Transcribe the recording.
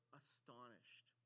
astonished